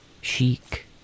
chic